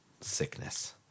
sickness